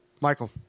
Michael